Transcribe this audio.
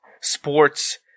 sports